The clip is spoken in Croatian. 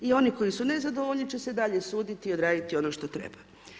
I oni koji su nezadovoljni će se i dalje suditi i odraditi ono što treba.